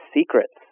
secrets